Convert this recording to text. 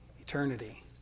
eternity